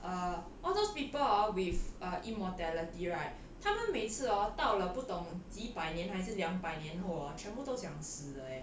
err all those people hor with immortality right 他们每次 orh 到了不懂几百年还是两百年后全部都想死的 eh